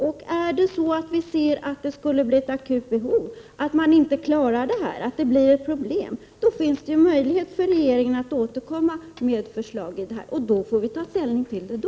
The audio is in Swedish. Skulle det visa sig att det uppstår ett akut behov, att industrin inte klarar det här, finns det ju möjlighet för regeringen att återkomma med förslaget, så att vi får ta ställning till det då.